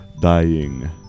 dying